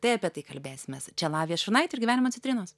tai apie tai kalbėsimės čia lavija šurnaitė ir gyvenimo citrinos